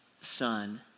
son